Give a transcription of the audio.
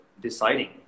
deciding